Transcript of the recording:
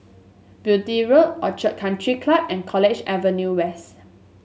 Beaulieu Road Orchid Country Club and College Avenue West